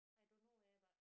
I don't know where but